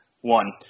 one